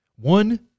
One